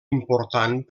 important